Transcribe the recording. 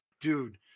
dude